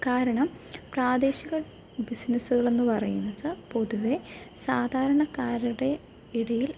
കാരണം പ്രാദേശിക ബിസിനസ്സുകളെന്ന് പറയുന്നത് പൊതുവേ സാധാരണക്കാരുടെ ഇടയിൽ